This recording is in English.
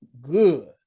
good